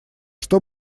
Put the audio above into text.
что